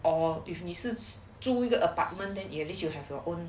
or if 你是住一个 apartment then you at least you have your own